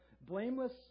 Blameless